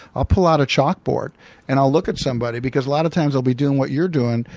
i'll pull out a chalkboard and i'll look at somebody. because a lot of times they'll be doing what you're doing,